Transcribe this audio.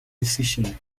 decision